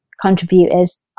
contributors